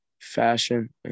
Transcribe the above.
fashion